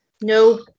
no